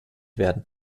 werden